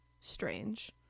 strange